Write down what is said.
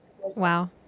Wow